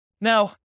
Now